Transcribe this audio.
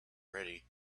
ready